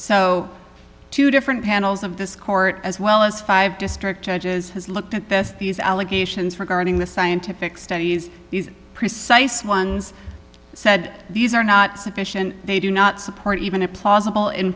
so two different panels of this court as well as five district judges has looked at this these allegations regarding the scientific studies these precise ones said these are not sufficient they do not support even a plausible in